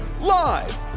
live